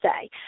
say